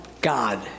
God